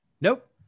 Nope